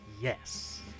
Yes